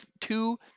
two